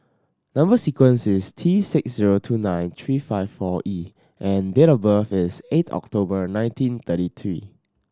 number sequence is T six zero two nine three five four E and date of birth is eighth October nineteen thirty three